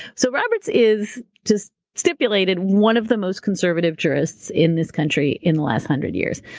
so roberts is just stipulated one of the most conservative jurists in this country in the last hundred years,